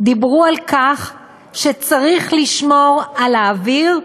דיברו על כך שצריך לשמור על האוויר,